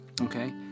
Okay